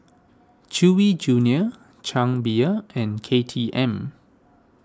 Chewy Junior Chang Beer and K T M